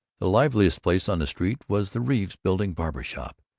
the liveliest place on the street was the reeves building barber shop,